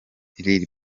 lil